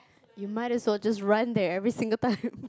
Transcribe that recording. you might as well just run there every single time